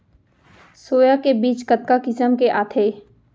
Soya के बीज कतका किसम के आथे?